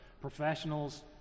professionals